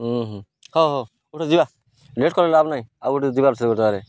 ହୁଁ ହୁଁ ହଉ ହଉ ଉଠ ଯିବା ଲେଟ୍ କଲେ ଲାଭ ନାହିଁ ଆଉ ଗୋଟେ ଯିବାର ସେ ଗୋଟେଆଡ଼େ